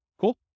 Cool